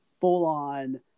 full-on